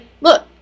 look